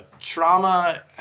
trauma